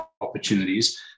opportunities